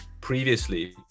previously